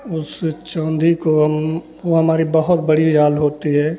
उस चौंधी को हम वह हमारी बहुत बड़ी जाल होती है